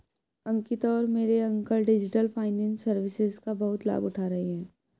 अंकिता और मेरे uncle digital finance services का बहुत लाभ उठा रहे हैं